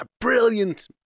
brilliant